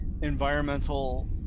environmental